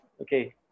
Okay